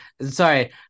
Sorry